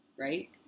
Right